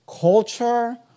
culture